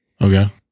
Okay